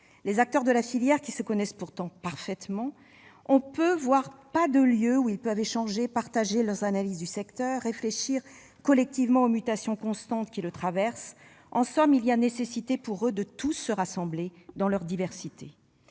les acteurs de la filière, qui se connaissent pourtant parfaitement, n'ont guère de lieux où échanger, partager leurs analyses du secteur, réfléchir collectivement aux mutations constantes qui le traversent. En somme, ils ont besoin de pouvoir se rassembler, dans leur diversité.